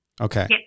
Okay